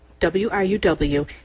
WRUW